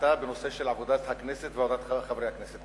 דעתה בנושא של עבודת הכנסת ועבודת חברי הכנסת.